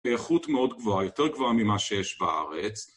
באיכות מאוד גבוהה, יותר גבוהה ממה שיש בארץ